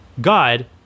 god